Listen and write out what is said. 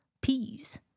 peas